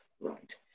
right